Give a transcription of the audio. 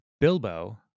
Bilbo